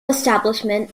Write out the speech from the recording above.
establishment